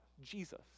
Jesus